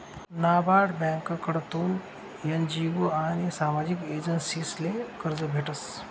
नाबार्ड ब्यांककडथून एन.जी.ओ आनी सामाजिक एजन्सीसले कर्ज भेटस